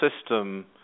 system